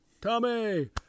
Tommy